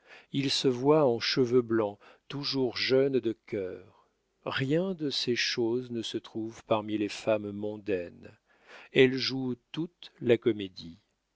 il se voit en cheveux blancs toujours jeune de cœur rien de ces choses ne se trouve parmi les femmes mondaines elles jouent toutes la comédie